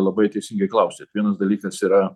labai teisingai klausėt vienas dalykas yra